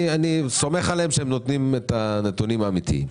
אני סומך עליהם שהם נותנים את הנתונים האמיתיים.